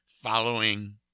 following